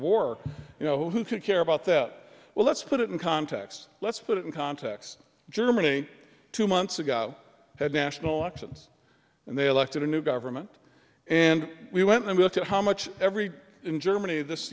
war you know who could care about that well let's put it in context let's put it in context germany two months ago had national elections and they elected a new government and we went and looked at how much every in germany this